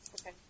Okay